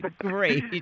Great